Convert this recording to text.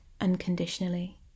unconditionally